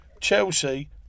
Chelsea